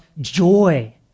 joy